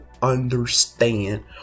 understand